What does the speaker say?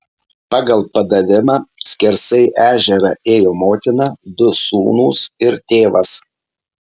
pagal padavimą skersai ežerą ėjo motina du sūnūs ir tėvas